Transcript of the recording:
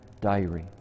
diary